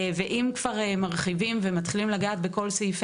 ואם כבר מרחיבים ומתחילים לגעת בכל סעיפים